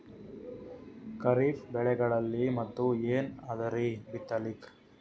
ಖರೀಫ್ ಬೆಳೆಗಳಲ್ಲಿ ಮತ್ ಏನ್ ಅದರೀ ಬಿತ್ತಲಿಕ್?